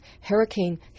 Hurricane